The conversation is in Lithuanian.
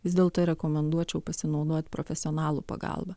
vis dėlto rekomenduočiau pasinaudot profesionalų pagalba